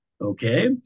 Okay